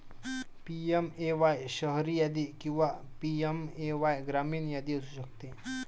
PMAY शहरी यादी किंवा पी.एम.ए.वाय ग्रामीण यादी असू शकते